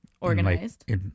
Organized